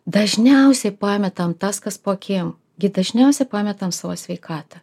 dažniausiai pametam tas kas po akim gi dažniausiai pametam savo sveikatą